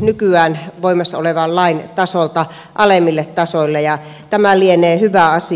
nykyään voimassa olevan lain tasolta alemmille tasoille ja tämä lienee hyvä asia